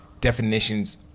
definitions